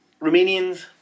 Romanians